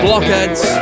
Blockheads